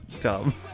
dumb